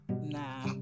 Nah